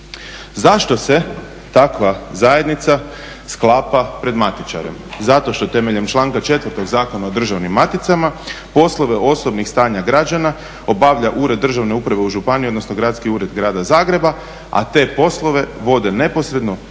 Zašto se takva zajednica sklapa pred matičarem? Zato što temeljem članka 4. Zakona o državnim maticama poslove osobnih stanja građana obavlja Ured državne uprave u županiji, odnosno Gradski ured grada Zagreba, a te poslove vode neposredno